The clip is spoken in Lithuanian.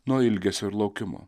nuo ilgesio ir laukimo